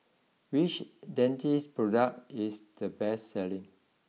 which Dentiste product is the best selling